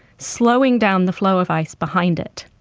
slowing down the flow of ice behind it.